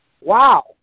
Wow